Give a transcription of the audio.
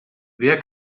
wer